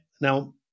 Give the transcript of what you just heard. now